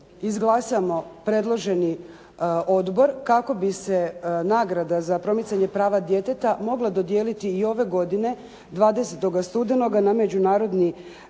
izglasamo predloženi odbor kako bi se nagrada za promicanje prava djeteta mogla dodijeliti i ove godine 20. studenoga na Međunarodni